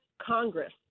Congress